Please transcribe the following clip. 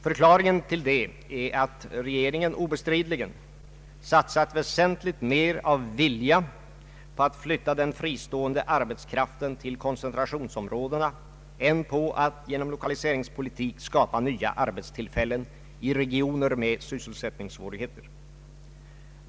Förklaringen till detta är att regeringen obestridligen satsat väsentligt mer av vilja på att flytta den fristående arbetskraften till koncentrationsområdena än på att genom lokaliseringspolitik skapa nya arbetstillfällen i regioner med sysselsättningssvårigheter.